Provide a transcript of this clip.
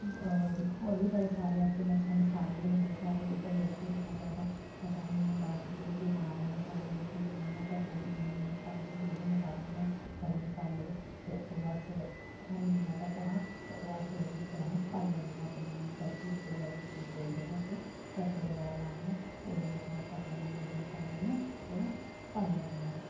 होर होर बी बड़े सारे ऐसे मछ मसाले होंदे साढ़े ते इद्धर लोकें गी इन्ना ज्यादा पता निं होंदा कि केह् केह् नांऽ न मसाले ते केह् नेईं ऐ पर जेह्ड़े मेन मेन पंज छे जेह्ड़े मसाले न खड़े मसाले ते ओह् अस सानूं जिन्ना पता हा ते ओह् अस ओह्दे बि च्च अस पाई लैन्ने आं अपनी सब्जी च रुट्टी च जेह्ड़े अस तड़के बगैरा लान्ने आं ते ओह्दे बिच अस अपने एह् जेह्ड़े मसाले न ओह् पाई लैन्ने आं